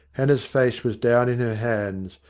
hannah's face was down in her hands,